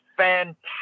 fantastic